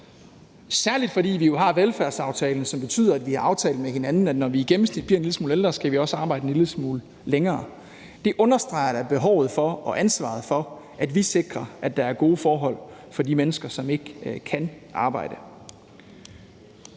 særlig fordi vi jo har velfærdsaftalen, som betyder, at vi har aftalt med hinanden, at når vi i gennemsnit bliver en lille smule ældre, skal vi også arbejde en lille smule længere. Det understreger da behovet for og ansvaret for, at vi sikrer, at der er gode forhold for de mennesker, som ikke kan arbejde.